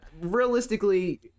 realistically